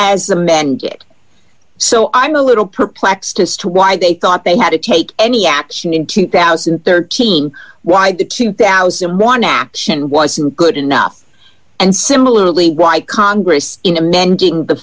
amended so i'm a little perplexed as to why they thought they had to take any action in two thousand and thirteen why the two thousand and one action wasn't good enough and similarly why congress in